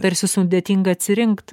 tarsi sudėtinga atsirinkt